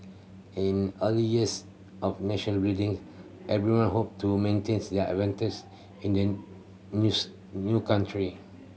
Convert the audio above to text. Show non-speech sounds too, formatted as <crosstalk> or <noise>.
in early years of nation building everyone hoped to maintains their <unintelligible> in an news new country